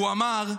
והוא אמר,